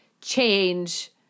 change